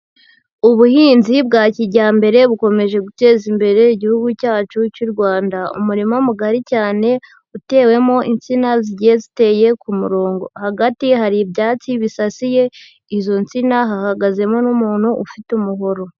Ubuhinzi bwa kijyambere bukomeje guteza imbere Igihugu cyacu cy'u Rwanda, umurima mugari cyane utewemo insina zigiye ziteye ku murongo, hagati hari ibyatsi bisasiye izo nsina hahagazemo n'umuntu ufite umuhoro.